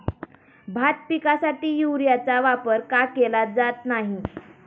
भात पिकासाठी युरियाचा वापर का केला जात नाही?